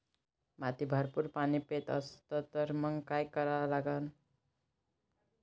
माती भरपूर पाणी पेत असन तर मंग काय करा लागन?